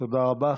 תודה רבה.